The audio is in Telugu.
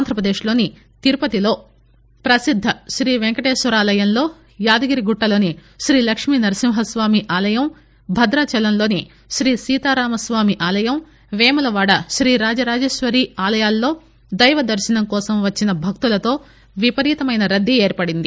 ఆంధ్రప్రదేశ్ లోని తిరుపతిలో ప్రసిద్ధ శ్రీపెంకటేశ్వరాలయంలో యాదగిరి గుట్టలోని శ్రీలక్ష్మీ నరసింహ స్వామి ఆలయం భద్రాచలం శ్రీ సీతారామస్వామి ఆలయం పేములవాడ శ్రీ రాజరాజేశ్వరి ఆలయాల్లో దైవదర్పనం కోసం వచ్చిన భక్తులతో విపరీతమైన రద్దీ ఏర్పడింది